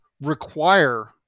require